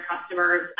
customers